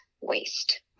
waste